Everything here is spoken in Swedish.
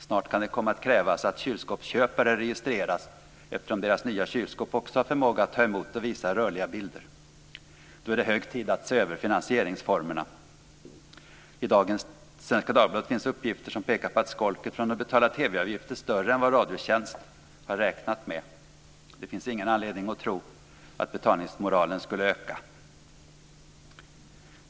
Snart kan det komma att krävas att kylskåpsköpare registreras, eftersom deras nya kylskåp också har förmåga att ta emot och visa rörliga bilder. Då är det hög tid att se över finansieringsformerna. I dagens Svenska Dagbladet finns uppgifter som pekar på att skolket från att betala TV-avgiften är större än vad Radiotjänst har räknat med. Det finns ingen anledning att tro att betalningsmoralen skulle öka.